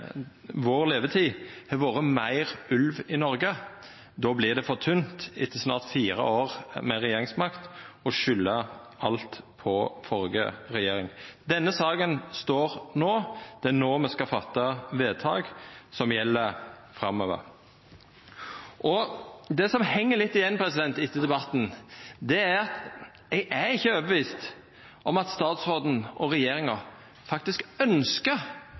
vår levetid har vore meir ulv i Noreg. Då vert det for tynt, etter snart fire år med regjeringsmakt, å skulda alt på den førre regjeringa. Denne saka står no, det er no me skal fatta vedtak som gjeld framover. Det som heng litt igjen etter debatten, er at eg ikkje er overtydd om at statsråden og regjeringa faktisk